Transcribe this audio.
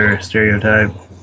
stereotype